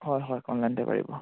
হয় হয় অনলাইনতে পাৰিব